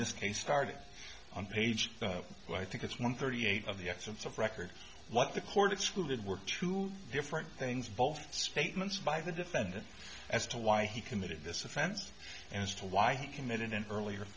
this case started on page two i think it's one thirty eight of the essence of record what the court excluded were two different things both statements by the defendant as to why he committed this offense and as to why he committed an earlier